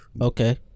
Okay